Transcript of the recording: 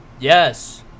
Yes